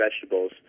vegetables